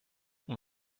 und